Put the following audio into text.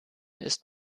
ist